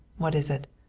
what is it?